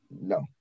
No